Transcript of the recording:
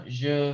je